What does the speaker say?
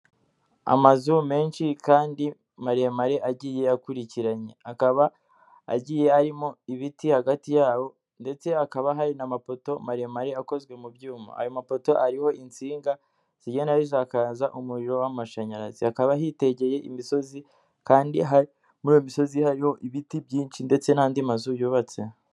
Amazu menshi kandi maremare, agiye akurikiranye, akaba agiye arimo ibiti hagati yabo, ndetse hakaba hari n'amapoto maremare akozwe mu byuma, ayo mapoto ariho insinga zigenda zisakaza umuriro w'amashanyarazi, hakaba hitegeye imisozi, kandi muri iyo misozi hari ibiti byinshi, ndetse n'andi mazu yubatse.